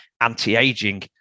anti-aging